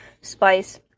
spice